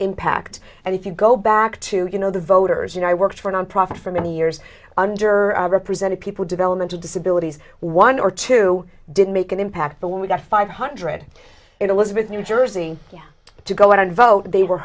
impact and if you go back to you know the voters and i worked for nonprofit for many years under represented people developmental disabilities one or two didn't make an impact but when we got five hundred in elizabeth new jersey to go out and vote they were